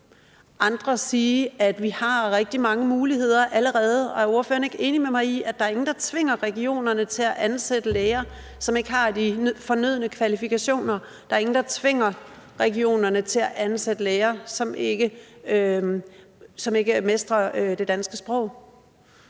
andre sige, at vi har rigtig mange muligheder allerede. Er ordføreren ikke enig med mig i, at der er ingen, der tvinger regionerne til at ansætte læger, som ikke har de fornødne kvalifikationer, og der er ingen, der tvinger regionerne til at ansætte læger, som ikke mestrer det danske sprog?